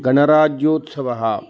गणराज्योत्सवः